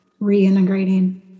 reintegrating